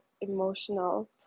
emotional